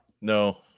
No